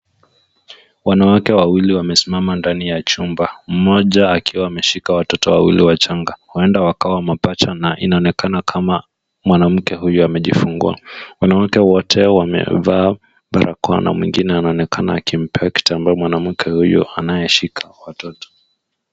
Wanawake wawili wamesimama ndani ya chumba. Mmoja akiwa ameshika watoto wawili wachanga. Huenda wakawa mapacha na inaonekana kama mwanamke huyu amejifungua. Wanawake wote wamevaa barakoa na mwingine anaonekana akimpea kitambaa mwanamke huyu anayeshika watoto.